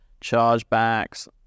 chargebacks